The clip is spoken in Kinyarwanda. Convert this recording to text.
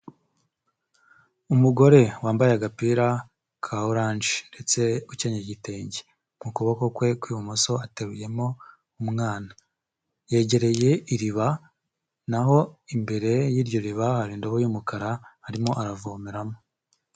Umugore wambaye agapira ka oranje ndetse ukenye igitenge, mu kuboko kwe kw'ibumoso ateruyemo umwana, yegereye iriba naho imbere y'iryo riba hari indobo y'umukara arimo aravomeramo.